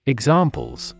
Examples